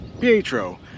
Pietro